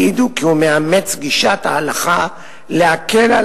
העידו כי הוא מאמץ את גישת ההלכה להקל על